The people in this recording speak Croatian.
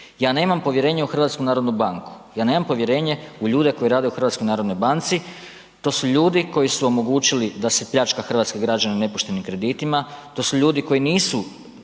Ja nemam povjerenje u HNB, ja nemam povjerenje u ljude koji rade u HNB-u, to su ljudi koji su omogućili da se pljačka hrvatske građane nepoštenim kreditima, to su ljudi koji nisu